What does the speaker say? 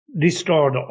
destroyed